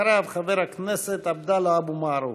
אחריו, חבר הכנסת עבדאללה אבו מערוף.